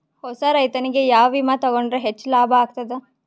ಹೊಸಾ ರೈತನಿಗೆ ಯಾವ ವಿಮಾ ತೊಗೊಂಡರ ಹೆಚ್ಚು ಲಾಭ ಆಗತದ?